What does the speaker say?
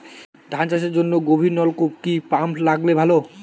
ধান চাষের জন্য গভিরনলকুপ কি পাম্প লাগালে ভালো?